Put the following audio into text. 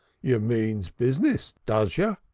yer means bizness, does yer?